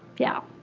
yeah.